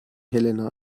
helena